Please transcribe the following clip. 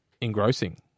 engrossing